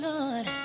Lord